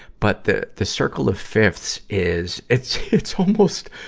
but the, the circle of fifths is, it's, it's almost,